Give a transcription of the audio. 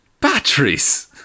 Batteries